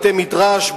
בתי-מדרש,